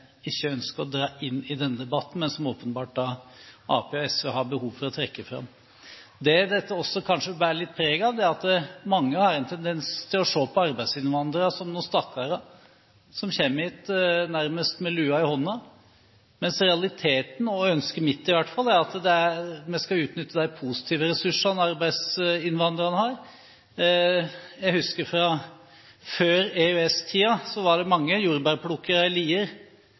ikke ønsker å dra inn i denne debatten, men som åpenbart Arbeiderpartiet og SV har behov for å trekke fram. Det dette også kanskje bærer litt preg av, er at mange har en tendens til å se på arbeidsinnvandrere som noen stakkarer som kommer hit nærmest med lua i hånden, mens realiteten, og ønsket mitt i hvert fall, er at vi skal utnytte de positive ressursene arbeidsinnvandrerne har. Jeg husker fra før EØS-tiden. Da var det mange jordbærplukkere i Lier